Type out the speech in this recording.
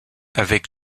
avec